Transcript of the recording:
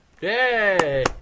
Yay